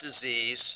disease